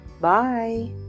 Bye